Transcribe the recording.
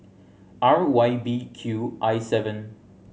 R Y B Q I seven